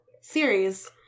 series